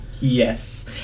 Yes